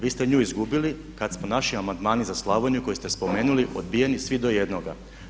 Vi ste nju izgubili kad su naši amandmani za Slavoniju koje ste spomenuli odbijeni svi do jednoga.